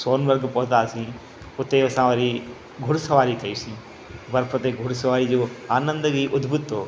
सोनमर्ग पहुतासीं हुते असां वरी घुड़ सवारी कईसीं बर्फ़ ते घुड़ सवारी जो आनंद बि अदबुध अथव